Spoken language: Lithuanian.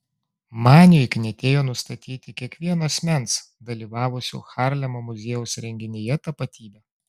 maniui knietėjo nustatyti kiekvieno asmens dalyvavusio harlemo muziejaus renginyje tapatybę